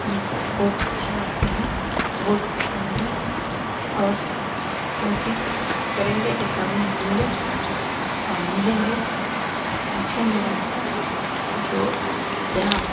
हमको बहुत अच्छे लगते हैं बहुत पसंद है और कोशिश करेंगे कि कभी मिले और मिलेंगे तो पूछेंगे उनसे जो क्या